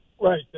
Right